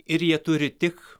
ir jie turi tik